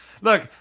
Look